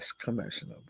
commercial